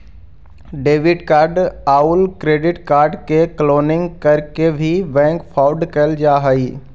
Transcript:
debit card आउ credit card के cloning करके भी बैंक फ्रॉड कैल जा हइ